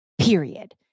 period